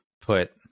put